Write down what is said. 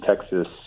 Texas